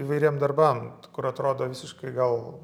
įvairiem darbam kur atrodo visiškai gal